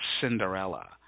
Cinderella